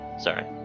Sorry